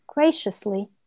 graciously